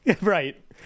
Right